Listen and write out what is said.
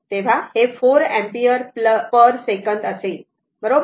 तर हे 4 ampere per second असेल बरोबर